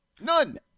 None